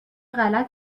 غلط